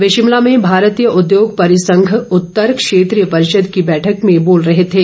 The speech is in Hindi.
वे शिमला में भारतीय उद्योग परिसंघ उत्तर क्षेत्रीय परिषद की बैठक में बोल रहे थे